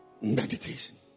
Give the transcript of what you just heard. meditation